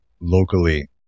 locally